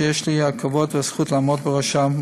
שיש לי הכבוד והזכות לעמוד בראשה,